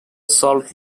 salt